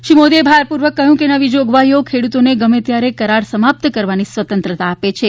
શ્રી મોદીએ ભારપૂર્વક જણાવ્યું કે આ નવી જોગવાઈઓ ખેડૂતોને ગમે ત્યારે કરાર સમાપ્ત કરવાની સ્વતંત્રતા આપે છે